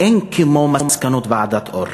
אין כמו מסקנות ועדת-אור,